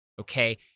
Okay